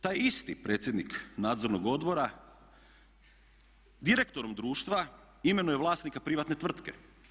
Taj isti predsjednik nadzornog odbora direktorom društva imenuje vlasnika privatne tvrtke.